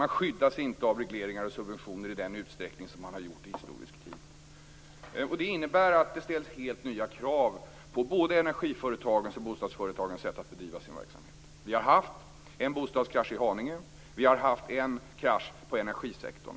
Man skyddas inte av regleringar och subventioner i den utsträckning som man har gjort i historisk tid. Det innebär att det ställs helt nya krav både på energiföretagens och bostadsföretagens sätt att bedriva sin verksamhet. Vi har haft en bostadskrasch i Haninge. Vi har haft en krasch i energisektorn.